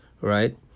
right